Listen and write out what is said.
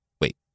wait